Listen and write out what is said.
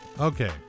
Okay